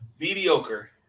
mediocre